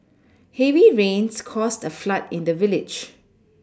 heavy rains caused a flood in the village